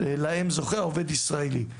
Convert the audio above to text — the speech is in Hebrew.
להם זוכה העובד הישראלי,